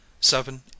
seven